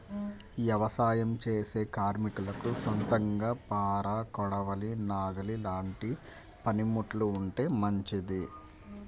యవసాయం చేసే కార్మికులకు సొంతంగా పార, కొడవలి, నాగలి లాంటి పనిముట్లు ఉంటే మంచిది